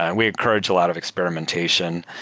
and we encourage a lot of experimentation.